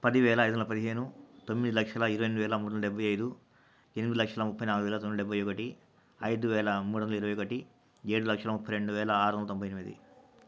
పది వేల ఐదు వందల పదిహేను తొమ్మిది లక్షల ఇరవై ఎనిమిది వేల మూడొందల డెబ్బై ఐదు ఎనిమిది లక్షల ముప్పై నాలుగు వేల తొమ్మిది వందల డెబ్బై ఒకటి ఐదు వేల మూడు వందల ఇరవై ఒకటి ఏడు లక్షల ముప్పై రెండు వేల ఆరు వందల తొంభై ఎనిమిది